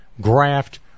graft